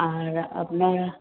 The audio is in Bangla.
আর আপনারা